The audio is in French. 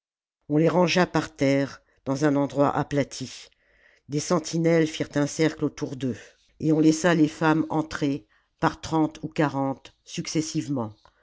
on les rangea par terre dans un endroit aplati des sentinelles firent un cercle autour d'eux et on laissa les femmes entrer par trente ou quarante successivement